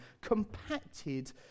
compacted